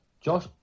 Josh